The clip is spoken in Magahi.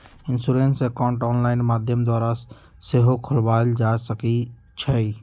इंश्योरेंस अकाउंट ऑनलाइन माध्यम द्वारा सेहो खोलबायल जा सकइ छइ